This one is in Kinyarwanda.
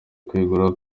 kwegura